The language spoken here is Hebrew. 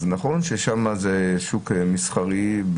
נכון ששם זה שוק מסחרי,